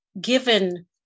Given